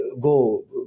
go